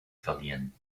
verliehen